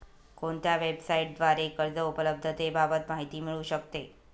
कोणत्या वेबसाईटद्वारे कर्ज उपलब्धतेबाबत माहिती मिळू शकते?